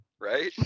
right